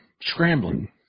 scrambling